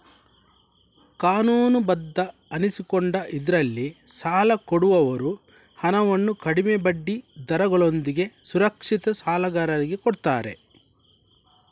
ಕಾನೂನುಬದ್ಧ ಅನಿಸಿಕೊಂಡ ಇದ್ರಲ್ಲಿ ಸಾಲ ಕೊಡುವವರು ಹಣವನ್ನು ಕಡಿಮೆ ಬಡ್ಡಿ ದರಗಳೊಂದಿಗೆ ಸುರಕ್ಷಿತ ಸಾಲಗಾರರಿಗೆ ಕೊಡ್ತಾರೆ